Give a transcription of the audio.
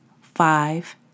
Five